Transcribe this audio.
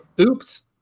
oops